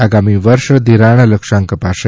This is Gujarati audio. આગામી વર્ષ ઘિરાણ લક્યાંેરક અપાશે